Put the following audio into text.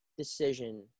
decision